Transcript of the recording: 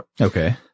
Okay